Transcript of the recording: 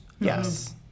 Yes